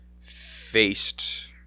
faced